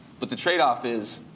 but the trade-off is